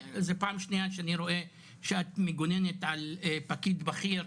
זה פעם שניה שאני רואה שאת מגוננת על פקיד בכיר,